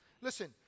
Listen